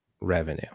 revenue